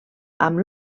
amb